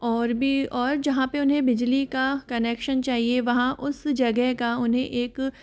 और भी और जहाँ पे उन्हें बिजली का कनेक्शन चाहिए वहाँ उस जगह का उन्हें एक